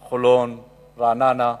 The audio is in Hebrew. חולון, רעננה,